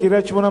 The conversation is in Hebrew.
קריית-שמונה,